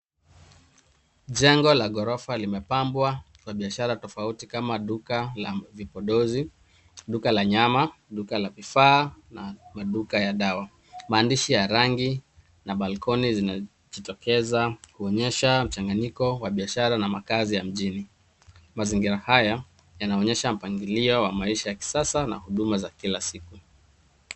Jengo la ghorofa limepambwa na biashara tofauti kama duka la vipodozi, duka la nyama, duka la vifaa na duka ya dawa. Maandishi ya rangi na balcony zinajitokeza kuonyesha mchanganyiko wa biashara na makazi ya mjini. Mazingira haya yanaonyesha mpangilio wa maisha ya kisasa na huduma za kila siku.